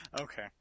Okay